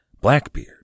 Blackbeard